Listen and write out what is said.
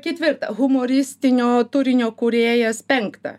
ketvirta humoristinio turinio kūrėjas penkta